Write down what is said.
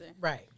Right